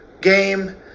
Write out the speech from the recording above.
game